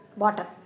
water